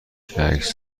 عکس